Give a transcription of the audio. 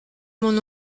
mon